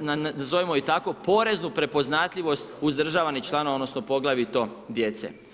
nazovimo je tako, poreznu prepoznatljivost uzdržavanih članova odnosno poglavito djece.